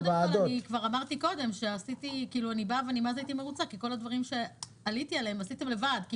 כבר אמרתי קודם שהייתי מרוצה כי כל הדברים שעליתי עליהם עשיתם לבד.